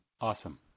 Awesome